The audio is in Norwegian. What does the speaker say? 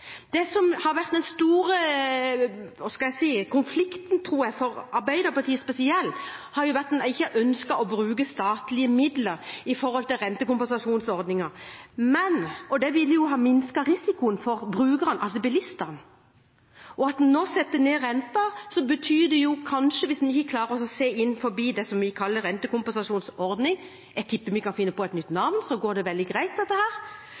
Det som har vært den store – hva skal jeg si – konflikten, tror jeg, for spesielt Arbeiderpartiet, har vært at en ikke har ønsket å bruke statlige midler når det gjelder rentekompensasjonsordningen. Men det ville ha minsket risikoen for brukerne, altså bilistene. Og når en nå setter ned renten, betyr det kanskje at en ikke klarer å se forbi det som vi kaller rentekompensasjonsordning. Jeg tipper vi kan finne på et nytt navn, så går dette veldig greit.